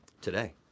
Today